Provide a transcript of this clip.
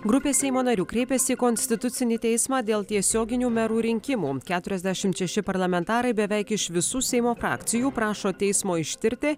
grupė seimo narių kreipėsi į konstitucinį teismą dėl tiesioginių merų rinkimų keturiasdešimt šeši parlamentarai beveik iš visų seimo frakcijų prašo teismo ištirti